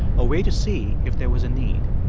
a way to see if there was a need.